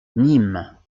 nîmes